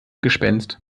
gespenst